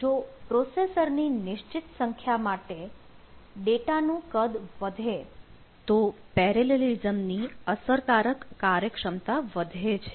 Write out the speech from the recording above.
જો પ્રોસેસરની નિશ્ચિત સંખ્યા માટે ડેટા નું કદ વધે તો પેરેલેલિસમ ની અસરકારક કાર્યક્ષમતા વધે છે